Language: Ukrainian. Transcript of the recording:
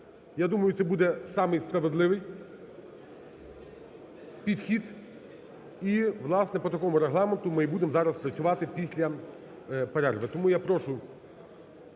Я думаю, це буде самий справедливий підхід. І, власне, по такому регламенту ми й будемо зараз працювати після перерви.